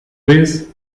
vez